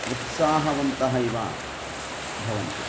उत्साहवन्तः इव भवन्ति